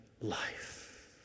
life